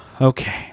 okay